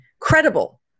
Credible